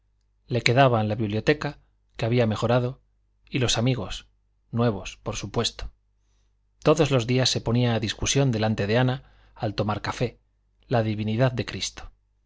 le quedaban la biblioteca que había mejorado y los amigos nuevos por supuesto todos los días se ponía a discusión delante de ana al tomar café la divinidad de cristo